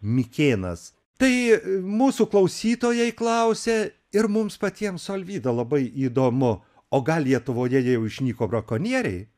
mikėnas tai mūsų klausytojai klausia ir mums patiems su alvyda labai įdomu o gal lietuvoje jau išnyko brakonieriai